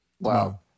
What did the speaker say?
Wow